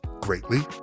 greatly